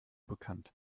bekannt